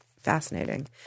fascinating